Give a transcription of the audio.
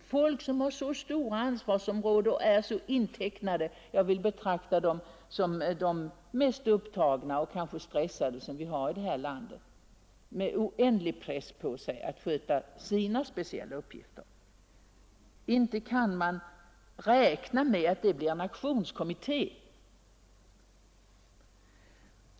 Personer som har så stora ansvarsområden och är så intecknade — jag vill betrakta dem som de mest upptagna och kanske stressade som vi har i det här landet — med oändlig press på sig att sköta sina speciella uppgifter — kan inte utgöra en aktionskommitté.